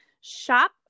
Shop